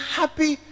happy